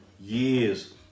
years